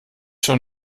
schon